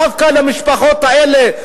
דווקא למשפחות האלה,